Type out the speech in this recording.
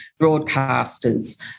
broadcasters